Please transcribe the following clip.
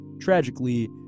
Tragically